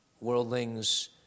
worldlings